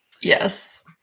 yes